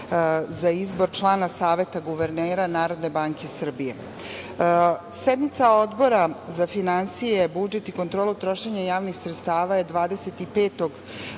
za izbor člana Saveta guvernera Narodne banke Srbije. Sednica Odbora za finansije, budžet i kontrolu trošenja javnih sredstava je 25.